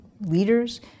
leaders